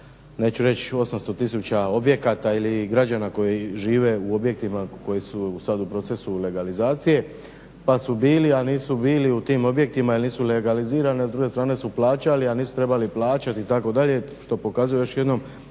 neću reći 800 tisuća objekata ili građana koji žive u objektima koji su sada u procesu legalizacije pa su bili a nisu bili u tim objektima jer nisu legalizirani a s druge strane su plaćali a nisu trebali plaćati itd., što pokazuje još jednom